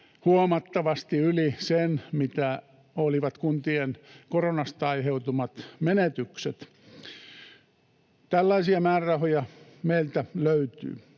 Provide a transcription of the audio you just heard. huomattavasti yli sen, mitkä olivat kuntien koronasta aiheutuvat menetykset. Tällaisia määrärahoja meiltä löytyy.